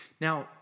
Now